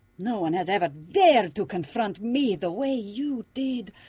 no one has ever dared to confront me the way you did!